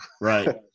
right